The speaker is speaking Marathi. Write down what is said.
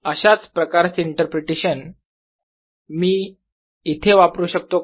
अशाच प्रकारचे इंटरप्रिटेशन मी इथे वापरू शकतो का